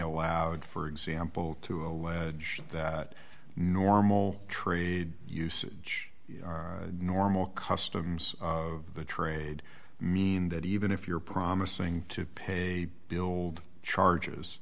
allowed for example to a judge that normal trade usage normal customs of the trade mean that even if you're promising to pay a bill charges